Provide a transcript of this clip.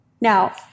now